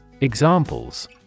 Examples